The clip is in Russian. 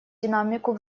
динамику